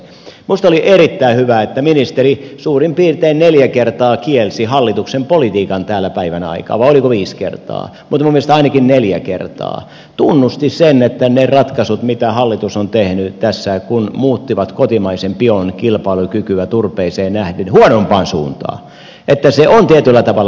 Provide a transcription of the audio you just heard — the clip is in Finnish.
minusta oli erittäin hyvä että ministeri suurin piirtein neljä kertaa kielsi hallituksen politiikan täällä päivän aikaan vai oliko viisi kertaa mutta minun mielestäni ainakin neljä kertaa tunnusti sen että ne ratkaisut mitä hallitus on tehnyt tässä kun muutti kotimaisen bion kilpailukykyä turpeeseen nähden huonompaan suuntaan ovat tietyllä tavalla väärin